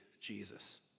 Jesus